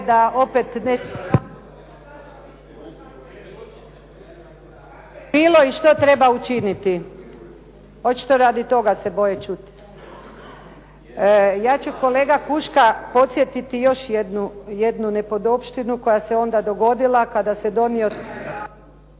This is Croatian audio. ne čuje se./... i što treba učiniti. Očito radi toga se boje čuti. Ja ću kolega Huška podsjetiti još jednu nepodopštinu koja se onda dogodila kada se